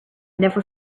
never